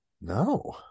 No